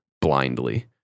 blindly